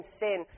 sin